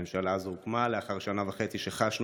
הממשלה הזו הוקמה לאחר שנה וחצי שבה חשנו